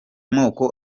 moko